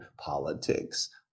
politics